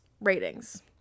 ratings